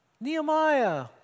Nehemiah